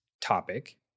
topic